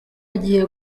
agiye